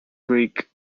creek